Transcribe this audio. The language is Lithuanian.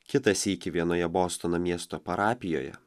kitą sykį vienoje bostono miesto parapijoje